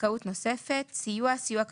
"זכאות נוספת", "סיוע", "סיוע כספי",